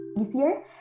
easier